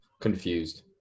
Confused